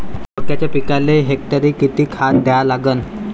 मक्याच्या पिकाले हेक्टरी किती खात द्या लागन?